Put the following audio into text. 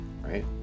right